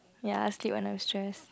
ya I sleep when I'm stressed